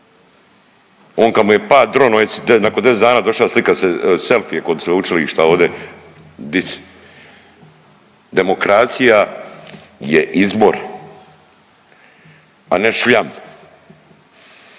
On kad mu je pa dron on se nakon 10 dana došao slikat selfije kod sveučilišta ovdje …. Demokracija je izbor, a ne šljam.